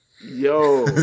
Yo